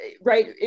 right